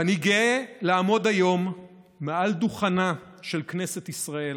ואני גאה לעמוד היום מעל דוכנה של כנסת ישראל